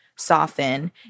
soften